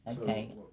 okay